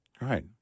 right